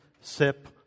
sip